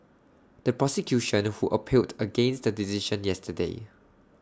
the prosecution who appealed against the decision yesterday